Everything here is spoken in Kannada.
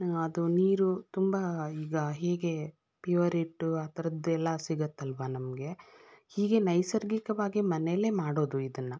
ಅದು ನೀರು ತಂಬ ಈಗ ಹೀಗೆ ಪ್ಯುಅರಿಟ್ಟು ಆ ಥರದ್ದೆಲ್ಲ ಸಿಗುತ್ತಲ್ವ ನಮಗೆ ಹೀಗೆ ನೈಸರ್ಗಿಕವಾಗಿ ಮನೆಯಲ್ಲೇ ಮಾಡೋದು ಇದನ್ನು